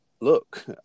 look